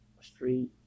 Street